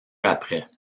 après